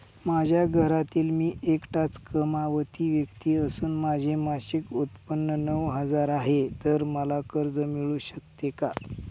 माझ्या घरातील मी एकटाच कमावती व्यक्ती असून माझे मासिक उत्त्पन्न नऊ हजार आहे, तर मला कर्ज मिळू शकते का?